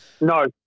No